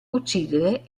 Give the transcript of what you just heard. uccidere